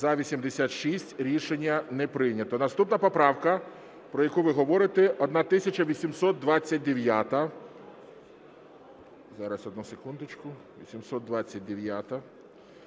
За-86 Рішення не прийнято. Наступна поправка, про яку ви говорите, 1829. Зараз, одну секундочку.